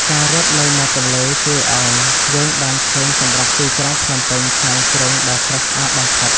ការរត់នៅមាត់ទន្លេជួយឱ្យយើងបានឃើញសម្រស់ទីក្រុងភ្នំពេញក្នុងជ្រុងដ៏ស្រស់ស្អាតបំផុត។